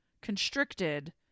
constricted